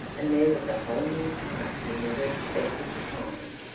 and there was a whole new part you never expected to find.